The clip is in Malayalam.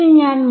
ഫേസർആണ്